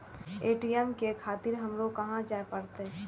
ATM ले खातिर हमरो कहाँ जाए परतें?